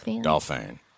Dolphin